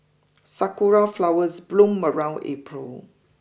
sakura flowers bloom around April